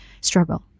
struggle